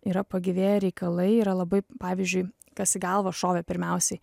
yra pagyvėję reikalai yra labai pavyzdžiui kas į galvą šovė pirmiausiai